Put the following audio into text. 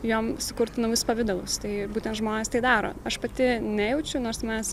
jom sukurti naujus pavidalus tai būtent žmonės tai daro aš pati nejaučiau nors mes